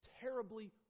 terribly